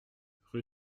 rue